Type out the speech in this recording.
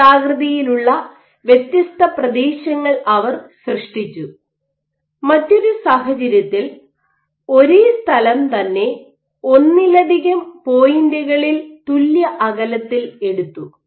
വൃത്താകൃതിയിലുള്ള വ്യത്യസ്ത പ്രദേശങ്ങൾ അവർ സൃഷ്ടിച്ചു മറ്റൊരു സാഹചര്യത്തിൽ ഒരേ സ്ഥലം തന്നെ ഒന്നിലധികം പോയിന്റുകളിൽ തുല്യ അകലത്തിൽ എടുത്തു